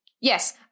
Yes